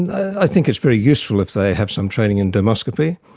i think it's very useful if they have some training in dermoscopy.